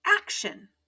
action